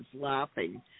laughing